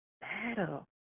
battle